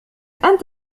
أنت